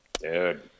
Dude